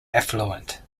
affluent